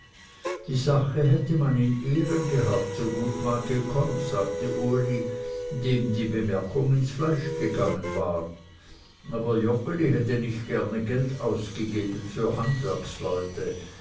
die sache hätte man in ehren gehabt so gut man gekonnt sagte uli dem die bemerkung ins fleisch gegangen war aber joggeli hätte nicht gerne geld ausgegeben für handwerksleute